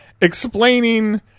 explaining